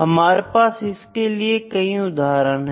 हमारे पास इसके कई उदाहरण है